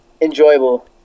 enjoyable